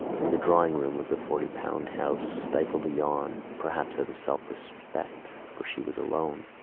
in the drawing-room of the forty-pound house, stifled a yawn perhaps out of self-respect for she was alone.